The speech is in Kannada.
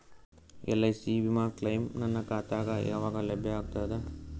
ಎಲ್.ಐ.ಸಿ ವಿಮಾ ಕ್ಲೈಮ್ ನನ್ನ ಖಾತಾಗ ಯಾವಾಗ ಲಭ್ಯವಾಗತದ?